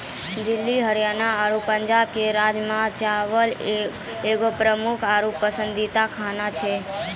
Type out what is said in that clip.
दिल्ली हरियाणा आरु पंजाबो के राजमा चावल एगो प्रमुख आरु पसंदीदा खाना छेकै